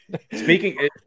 Speaking